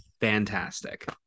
fantastic